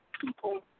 people